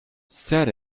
said